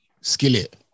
Skillet